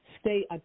stay